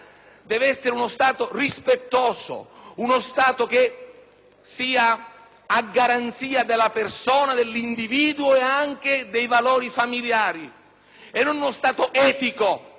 sia a garanzia della persona, dell'individuo ed anche dei valori familiari e non uno Stato etico che debba imporre princìpi e valori